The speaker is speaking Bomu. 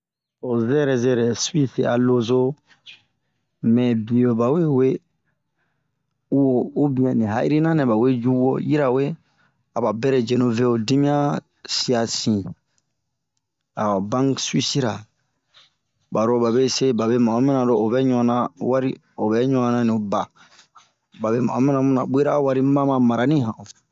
Ho zɛrɛ zɛrɛ suwise a loozo ,mɛɛ bio ba wewe, uuhub iɛn ri ha'irina nɛ ba we yu wo yirawe, aba berɛ yenu soo ho dimiɲan siaa sin. Ahan banke suwisira ,barobabese baro babe ma'o mana ro ovɛ ɲuana wari,o bɛ ɲuana ba. Babe ma'o mana bun na, mana'o wari, mibama mararihan'o.